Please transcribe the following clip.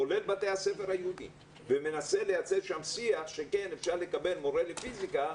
כולל בתי הספר היהודיים ומנסה לייצר שם שיח שכן אפשר לקבל מורה לפיזיקה